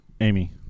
Amy